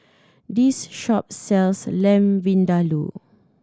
this shop sells Lamb Vindaloo